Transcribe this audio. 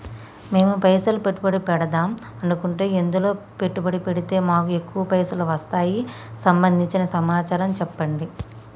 మేము పైసలు పెట్టుబడి పెడదాం అనుకుంటే ఎందులో పెట్టుబడి పెడితే మాకు ఎక్కువ పైసలు వస్తాయి సంబంధించిన సమాచారం చెప్పండి?